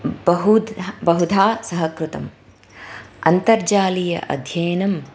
बहु बहुधा सहकृतम् अन्तर्जालीय अध्ययनं